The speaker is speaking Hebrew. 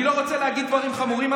אני לא רוצה להגיד דברים חמורים,